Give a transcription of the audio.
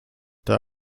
der